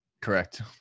Correct